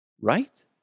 Right